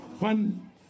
One